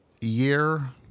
year